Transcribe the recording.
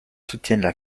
soutiennent